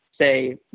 say